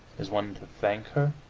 is one to thank her?